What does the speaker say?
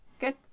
Good